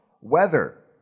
Weather